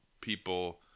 people